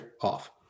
off